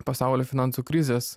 pasaulio finansų krizės